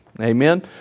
Amen